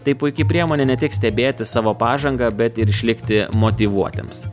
tai puiki priemonė ne tik stebėti savo pažangą bet ir išlikti motyvuotiems